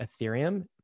Ethereum